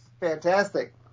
fantastic